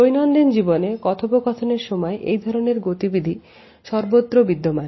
দৈনন্দিন জীবনে কথোপকথনের সময় এই ধরনের গতিবিধি সর্বত্র বিদ্যমান